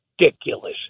ridiculous